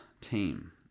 team